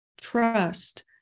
trust